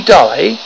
die